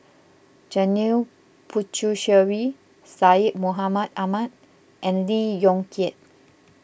Janil Puthucheary Syed Mohamed Ahmed and Lee Yong Kiat